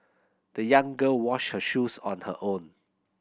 the young girl washed her shoes on her own